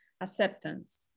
acceptance